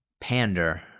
pander